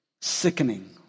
sickening